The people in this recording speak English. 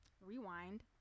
rewind